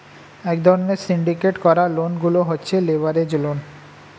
এক ধরণের সিন্ডিকেট করা লোন গুলো হচ্ছে লেভারেজ লোন